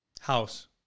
House